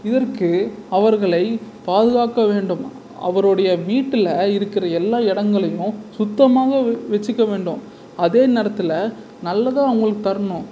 இதற்கு அவர்களை பாதுகாக்க வேண்டும் அவரோடைய வீட்டில் இருக்கிற எல்லா இடங்களையும் சுத்தமாக வ வச்சுக்க வேண்டும் அதே நேரத்தில் நல்லதும் அவர்களுக்கு தரணும்